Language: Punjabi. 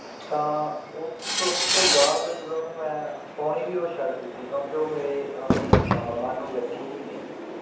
ਤਾਂ ਉਹ ਉਸ ਤੋਂ ਬਾਅਦ ਜਦੋਂ ਉਹਨੂੰ ਮੈਂ ਪਾਉਣੀ ਵੀ ਉਹ ਛੱਡ ਦਿੱਤੀ ਕਿਉਂਕਿ ਉਹ ਮੇਰੇ ਓਨੀ ਮਨ ਨੂੰ ਲੱਗੀ ਹੀ ਨਹੀਂ